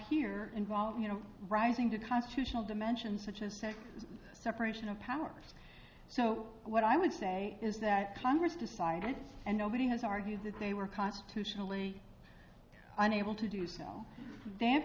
here involved you know rising to constitutional dimensions such as say separation of powers so what i would say is that congress decided and nobody has argued that they were constitutionally unable to do s